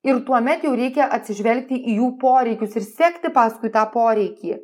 ir tuomet jau reikia atsižvelgti į jų poreikius ir sekti paskui tą poreikį